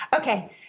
Okay